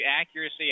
accuracy